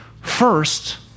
first